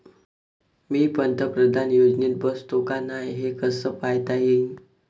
मी पंतप्रधान योजनेत बसतो का नाय, हे कस पायता येईन?